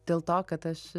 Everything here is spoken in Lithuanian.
dėl to kad aš